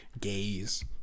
gays